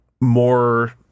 more